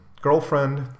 girlfriend